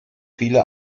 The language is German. viele